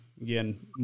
Again